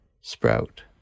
Sprout